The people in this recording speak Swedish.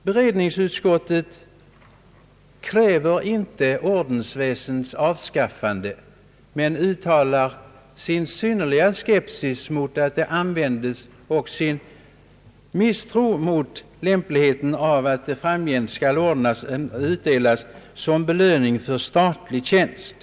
Beredningsutskottet kräver inte formellt ordensväsendets avskaffande men uttalar sin synnerliga skepsis mot att det användes och sin misstro mot lämpligheten av att det framgent skall användas som belöning för statlig tjänst.